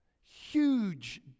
Huge